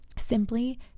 simply